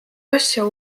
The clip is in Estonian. asja